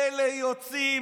אלה יוצאים,